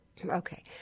Okay